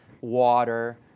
water